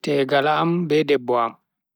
Tegal am be debbo am